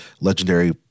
legendary